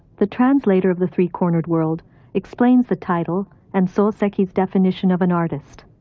the translator of the three-cornered world explains the title and soseki's definition of an artist.